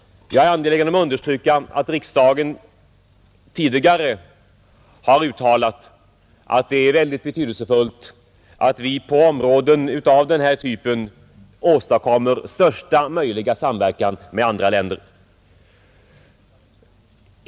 Jag är angelägen om att understryka att riksdagen tidigare har uttalat att det är mycket betydelsefullt att vi på områden av den här typen åstadkommer största möjliga samverkan med andra länder.